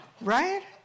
Right